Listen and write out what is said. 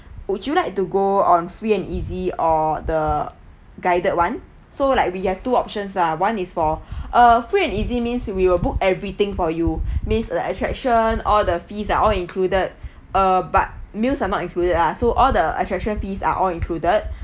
would you like to go on free and easy or the guided one so like we have two options lah one is for ah free and easy means we will book everything for you means the attraction all the fees are all included uh but meals are not included ah so all the attraction fees are all included